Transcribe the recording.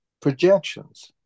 projections